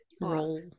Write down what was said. roll